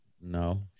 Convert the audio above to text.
no